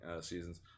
seasons